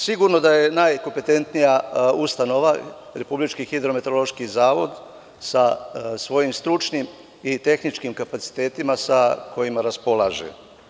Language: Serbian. Sigurno da je najkompetentnija ustanova Republički Hidrometeorološki zavod sa svojim stručnim i tehničkim kapacitetima sa kojima raspolaže.